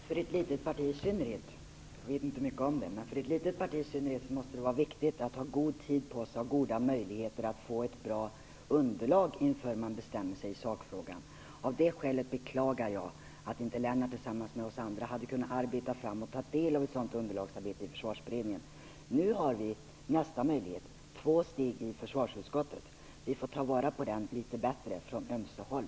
Fru talman! För ett litet parti i synnerhet - jag vet inte mycket om det - måste det vara viktigt att ha god tid på sig och ha goda möjligheter att få ett bra underlag innan man bestämmer sig i sakfrågan. Av det skälet beklagar jag att inte Lennart Rohdin tillsammans med oss hade kunnat arbeta fram och ta del av ett sådant underlag i Försvarsberedningen. Nu har vi nästa möjlighet, två steg, i försvarsutskottet. Vi får ta vara på den möjligheten litet bättre från ömse håll.